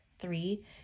Three